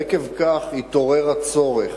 עקב כך התעורר הצורך.